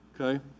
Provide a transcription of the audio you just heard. Okay